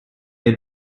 had